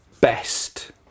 best